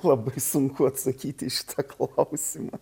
labai sunku atsakyti į šitą klausimą